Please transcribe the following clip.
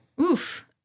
Oof